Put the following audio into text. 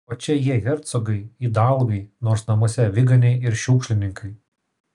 o čia jie hercogai idalgai nors namuose aviganiai ir šiukšlininkai